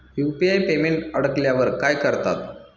UPI payment अडकल्यावर काय करतात?